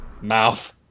Mouth